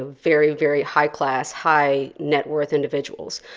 ah very, very high class, high net worth individuals.